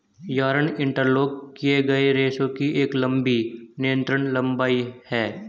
yarn interlock किए गए रेशों की एक लंबी निरंतर लंबाई है